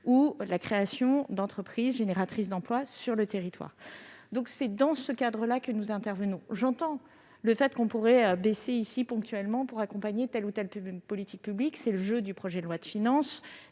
sur la création d'entreprises génératrices d'emplois sur le territoire. Voilà le cadre dans lequel nous intervenons. J'entends que l'on pourrait abaisser le taux de TVA ponctuellement pour accompagner telle ou telle politique publique. C'est le jeu du projet de loi de finances